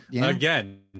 again